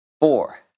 Four